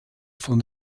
von